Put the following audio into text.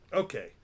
okay